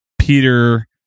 Peter